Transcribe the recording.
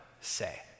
say